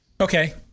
Okay